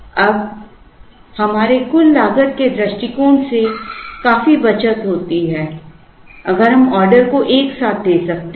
अब हमारे कुल लागत के दृष्टिकोण से काफी बचत होती है अगर हम ऑर्डर को एक साथ दे सकते हैं